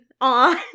on